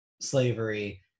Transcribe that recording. slavery